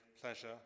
pleasure